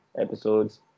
episodes